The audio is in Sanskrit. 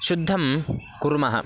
शुद्धं कुर्मः